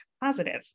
positive